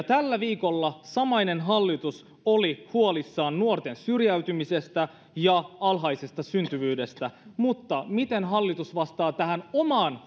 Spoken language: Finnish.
tällä viikolla samainen hallitus oli huolissaan nuorten syrjäytymisestä ja alhaisesta syntyvyydestä miten hallitus vastaa tähän omaan